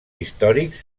històrics